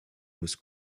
was